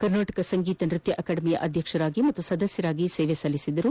ಕರ್ನಾಟಕ ಸಂಗೀತ ನೃತ್ತ ಅಕಾಡೆಮಿಯ ಅಧ್ಯಕ್ಷರಾಗಿ ಹಾಗೂ ಸದಸ್ವರಾಗಿ ಸೇವೆ ಸಲ್ಲಿಸಿದ್ದರು